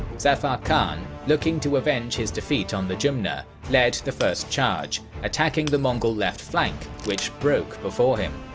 zafar khan, looking to avenge his defeat on the jumna, led the first charge, attacking the mongol left flank, which broke before him.